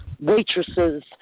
waitresses